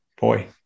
Boy